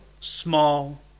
small